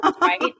right